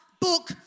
Book